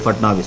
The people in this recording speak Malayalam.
ഫട്നാവിസ്